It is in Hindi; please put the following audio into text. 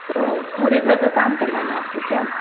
तो पूरे घर का काम करवाना आपको क्या